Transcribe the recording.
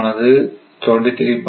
ஆனது 23